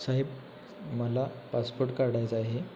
साहेब मला पासपोट काढायचं आहे